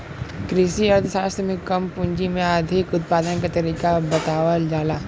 कृषि अर्थशास्त्र में कम पूंजी में अधिक उत्पादन के तरीका बतावल जाला